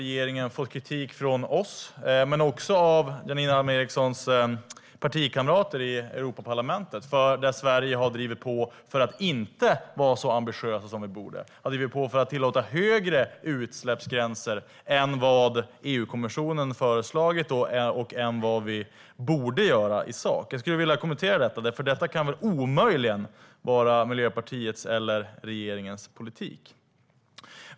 Regeringen har fått kritik från oss men också från Janine Alm Ericsons partikamrater i Europaparlamentet. Där har Sverige drivit på för att vi inte ska vara så ambitiösa som vi borde vara. Sverige har i stället drivit på för att tillåta högre utsläppsgränser än EU-kommissionen har föreslagit och än vi borde göra i sak. Jag vill kommentera detta, för det kan väl omöjligen vara Miljöpartiets eller regeringens politik.